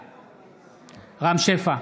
בעד רם שפע,